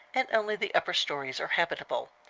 and only the upper stories are habitable.